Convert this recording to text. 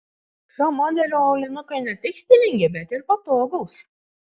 šio modelio aulinukai ne tik stilingi bet ir patogūs